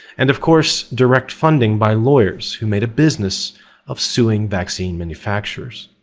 and, of course, direct funding by lawyers who made a business of suing vaccine manufacturers.